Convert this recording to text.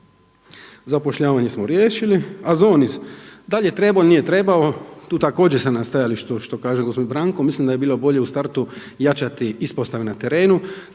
Zapošljavanje smo riješili. AZONIZ da li je trebao, nije trebao, tu također sam na stajalištu što kaže gospodin Branko, mislim da bi bilo bolje u startu jačati ispostave na terenu,